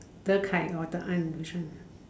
De-An or De-Kai which one ah